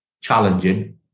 challenging